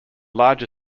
larger